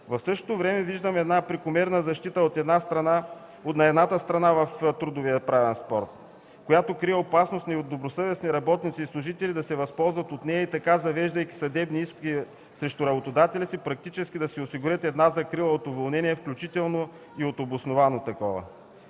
В същото време виждам прекомерна защита на едната страна в трудовия правен спор, която крие опасност от недобросъвестни работници и служители да се възползват от нея и така, завеждайки съдебни искове срещу работодателя си, практически да си осигурят закрила от уволнение, включително и от обосновано такова.